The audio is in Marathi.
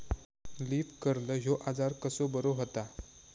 लीफ कर्ल ह्यो आजार कसो बरो व्हता?